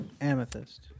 Amethyst